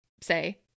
say